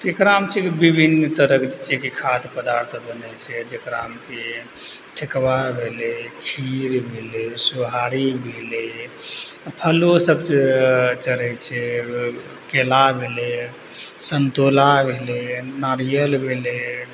एकरामे छै की विभिन्न तरहके जे छै की खाद्य पदार्थ अपन होइ छै जकरामे की ठेकुआ भेलै खीर भेलै सुहारी भेलै फलो सब जे चढ़ै छै केला भेलै समतोला भेलै नारियल भेलै